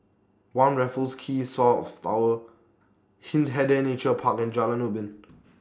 one Raffles Quay South Tower Hindhede Nature Park and Jalan Ubin